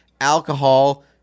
alcohol